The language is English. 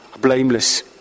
blameless